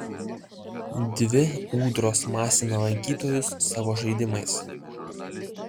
dvi ūdros masina lankytojus savo žaidimais